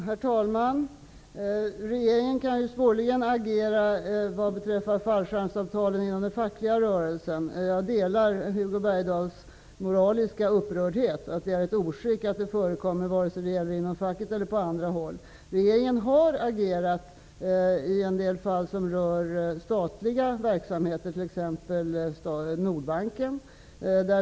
Herr talman! Regeringen kan svårligen agera vad beträffar fallskärmsavtalen inom den fackliga rörelsen. Jag delar Hugo Bergdahls moraliska upprördhet, att det är ett oskick att det förekommer, vare sig det är inom facket eller på andra håll. Regeringen har agerat i en del fall som rör statliga verksamheter, t.ex. Nordbanken.